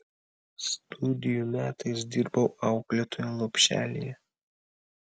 studijų metais dirbau auklėtoja lopšelyje